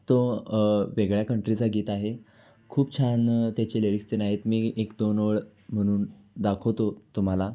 तो वेगळ्या कंट्रीचा गीत आहे खूप छान त्याचे लिरिक्सचे आहेत मी एक दोन वेळ म्हणून दाखवतो तुम्हाला